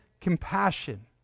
compassion